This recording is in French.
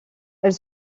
elle